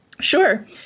Sure